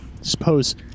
suppose